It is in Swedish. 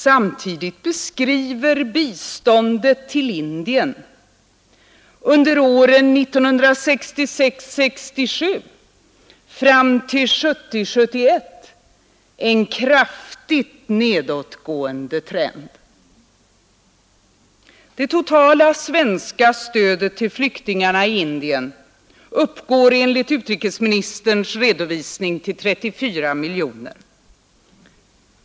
Samtidigt beskriver biståndet till Indien under åren 1966 71 en kraftigt nedåtgående trend. Det totala svenska stödet till flyktingarna i Indien uppgår enligt utrikesministerns redovisning till 34 miljoner kronor.